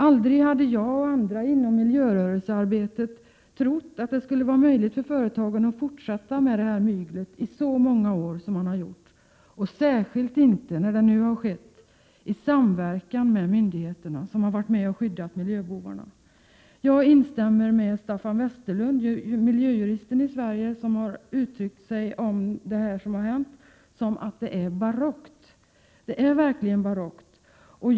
Aldrig hade jag och andra inom miljörörelsearbetet trott att det skulle vara möjligt för företagen att fortsätta med det här myglet i så många år, särskilt inte i samverkan med myndigheterna. Men dessa har varit med och skyddat miljöbovarna. Jag instämmer i vad miljöjuristen Staffan Westerlund har sagt om det som har hänt, att det är barockt, för det är det verkligen.